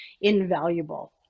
invaluable